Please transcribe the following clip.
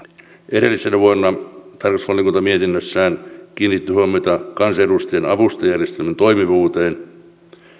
edellisenä vuonna tarkastusvaliokunta mietinnössään kiinnitti huomiota kansanedustajien avustajajärjestelmän toimivuuteen